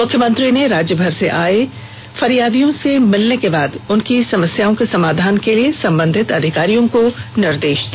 मुख्यमंत्री ने राज्यभर से आए फरियादियों से मिलने के बाद उनकी समस्या के समाधान के संबंधित अधिकारियों को निर्देष दिया